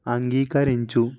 అంగీకరించు